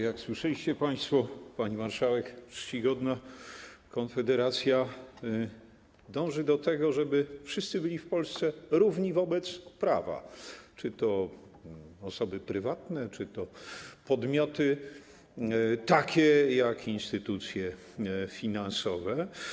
Jak słyszeliście państwo, pani marszałek czcigodna, Konfederacja dąży do tego, żeby wszyscy byli w Polsce równi wobec prawa, czy to osoby prywatne, czy to podmioty takie jak instytucje finansowe.